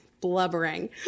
blubbering